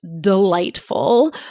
delightful